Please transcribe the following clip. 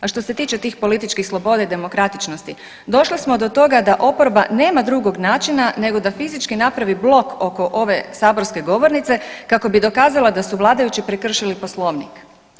A što se tiče tih političkih sloboda i demokratičnosti, došli smo do toga da oporba nema drugog načina nego da fizički napravi blok oko ove saborske govornice kako bi dokazala da su vladajući prekršili poslovnik.